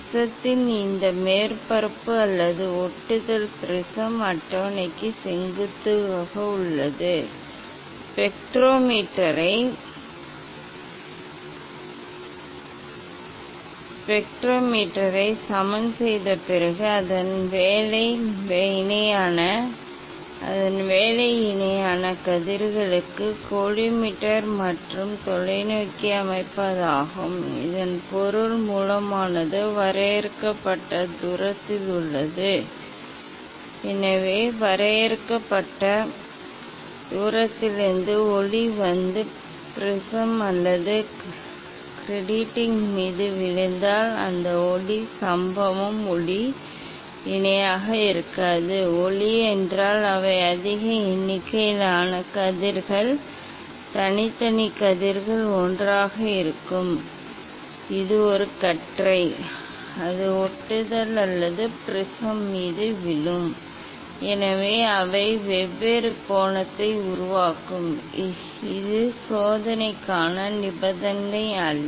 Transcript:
ப்ரிஸத்தின் இந்த மேற்பரப்பு அல்லது ஒட்டுதல் ப்ரிஸம் அட்டவணைக்கு செங்குத்தாக உள்ளது ஸ்பெக்ட்ரோமீட்டரை சமன் செய்தபின் அடுத்த வேலை இணையான கதிர்களுக்கு கோலிமேட்டர் மற்றும் தொலைநோக்கியை அமைப்பதாகும் இதன் பொருள் மூலமானது வரையறுக்கப்பட்ட தூரத்தில் உள்ளது எனவே வரையறுக்கப்பட்ட தூரத்திலிருந்து ஒளி வந்து ப்ரிஸம் அல்லது கிராட்டிங் மீது விழுந்தால் அந்த ஒளி சம்பவம் ஒளி இணையாக இருக்காது ஒளி என்றால் அவை அதிக எண்ணிக்கையிலான கதிர்கள் தனித்தனி கதிர்கள் ஒன்றாக இருக்கும் இது ஒரு கற்றை அது ஒட்டுதல் அல்லது ப்ரிஸம் மீது விழும் எனவே அவை வெவ்வேறு கோணத்தை உருவாக்கும் இது சோதனைக்கான நிபந்தனை அல்ல